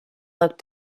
looked